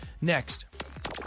Next